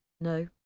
no